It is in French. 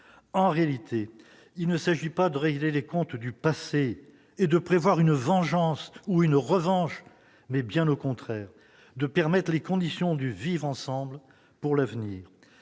en réalité, il ne s'agit pas de régler les comptes du passé et de prévoir une vengeance ou une revanche, mais bien au contraire de permettre les conditions du vivre-ensemble pour l'avenir,